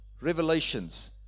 revelations